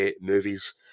movies